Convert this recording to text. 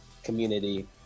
Community